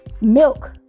Milk